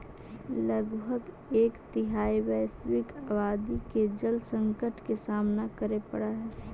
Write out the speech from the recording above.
लगभग एक तिहाई वैश्विक आबादी के जल संकट के सामना करे पड़ऽ हई